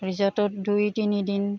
ৰিজৰ্টত দুই তিনিদিন